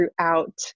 throughout